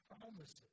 promises